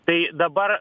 tai dabar